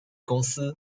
公司